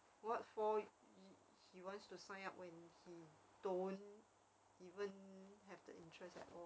what for he wants to sign up if he don't have the interest at all